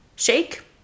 Shake